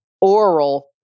oral